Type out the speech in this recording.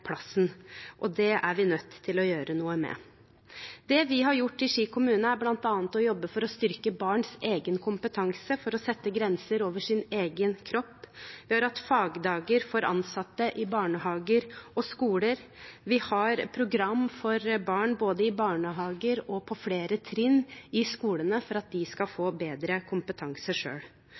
plassen, og det er vi nødt til å gjøre noe med. Det vi har gjort i Ski kommune, er bl.a. å jobbe for å styrke barns egen kompetanse for å sette grenser for sin egen kropp. Vi har hatt fagdager for ansatte i barnehager og skoler. Vi har program for barn både i barnehager og på flere trinn i skolene for at de skal få bedre kompetanse